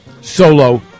solo